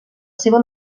seva